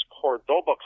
Cordoba